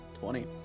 Twenty